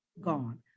gone